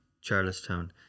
Charlestown